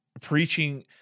preaching